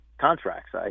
contracts